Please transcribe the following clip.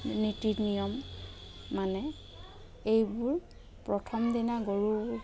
নীতি নিয়ম মানে এইবোৰ প্ৰথমদিনা গৰুক